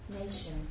nation